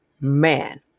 man